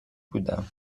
بودم